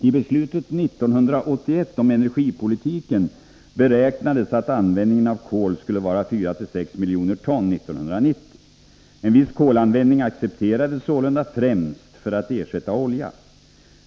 I beslutet 1981 om energipolitiken beräknades att användningen av kol skulle vara 4-6 miljoner ton 1990. En viss kolanvändning accepterades sålunda, främst för att ersätta olja.